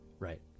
Right